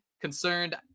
concerned